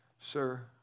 Sir